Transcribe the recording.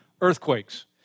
earthquakes